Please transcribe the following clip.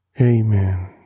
Amen